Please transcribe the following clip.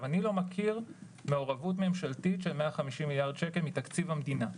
אני לא מכיר מעורבות ממשלתית של 150 מיליארד שקל מתקציב המדינה,